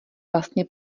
vlastně